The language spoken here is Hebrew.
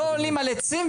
לא עולים על עצים,